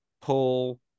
pull